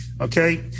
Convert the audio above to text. okay